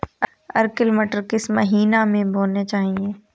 Arkel मटर किस महीना में बोना चाहिए?